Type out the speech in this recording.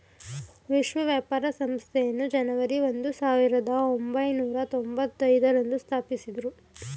ವಿಶ್ವ ವ್ಯಾಪಾರ ಸಂಸ್ಥೆಯನ್ನು ಜನವರಿ ಒಂದು ಸಾವಿರದ ಒಂಬೈನೂರ ತೊಂಭತ್ತೈದು ರಂದು ಸ್ಥಾಪಿಸಿದ್ದ್ರು